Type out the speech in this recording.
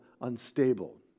unstable